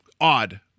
odd